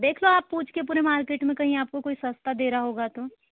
हाँ देख लो आप पूछ के पूरी मार्केट में कहीं आप को कोई सस्ता दे रहा होगा तो